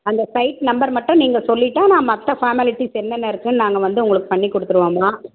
அந்த side number மட்டும் நீங்கள் சொல்லிட்டால் நான் மற்ற ஃபார்மாலிட்டிஸ் என்னென்ன இருக்குதுன்னு நாங்கள் வந்து உங்களுக்கு பண்ணிக்கொடுத்துருவோம்மா